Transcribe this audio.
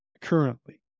currently